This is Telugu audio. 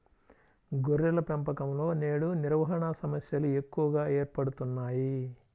గొర్రెల పెంపకంలో నేడు నిర్వహణ సమస్యలు ఎక్కువగా ఏర్పడుతున్నాయి